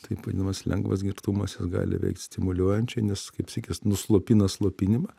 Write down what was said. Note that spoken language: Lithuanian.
taip vadinamas lengvas girtumas jis gali veikt stimuliuojančiai nes kaip sykis nuslopina slopinimą